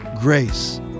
Grace